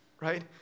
right